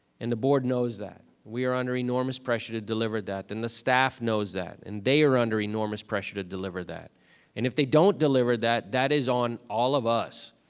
and the board knows that we are under enormous pressure to deliver that, then the staff knows that, and they are under enormous pressure to deliver that. and if they don't deliver that, that is on all of us.